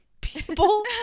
people